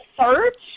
search